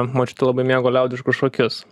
močiutė labai mėgo liaudiškus šokius